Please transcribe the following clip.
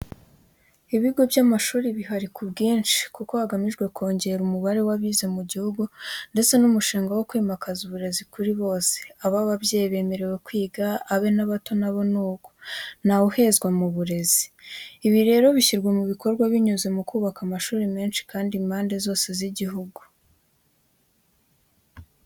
Ibigo by'amashuri bihari ku bwinshi kuko hagamijwe kongera umubare w'abize mu gihugu ndetse n'umushinga wo kwimakaza uburezi kuri bose, abe ababyeyi bemerewe kwiga, abe n'abato na bo ni uko, ntawuhezwa mu burezi. Ibi rero bishyirwa mu bikorwa binyuze mu kubaka amashuri menshi kandi mu mpande zose z'igihugu.